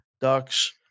Ducks